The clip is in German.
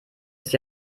ist